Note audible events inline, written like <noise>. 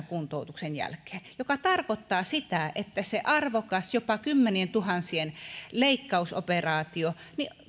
<unintelligible> kuntoutuksen jälkeen mikä tarkoittaa sitä että se arvokas jopa kymmenien tuhansien leikkausoperaatio